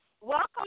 Welcome